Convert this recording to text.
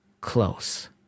close